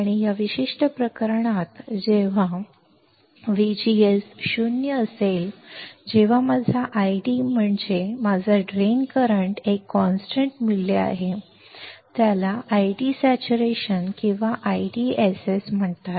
आणि या विशिष्ट प्रकरणात जेव्हा VGS 0 जेव्हा माझा आयडी म्हणजे माझा ड्रेन करंट जो एक स्थिर मूल्य आहे मग त्याला ID Saturation किंवा IDSS म्हणतात